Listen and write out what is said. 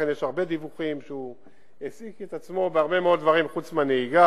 אכן יש הרבה דיווחים שהוא העסיק את עצמו בהרבה מאוד דברים חוץ מהנהיגה,